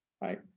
right